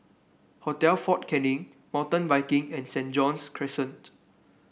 Hotel Fort Canning Mountain Biking and Saint John's Crescent